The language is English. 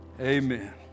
Amen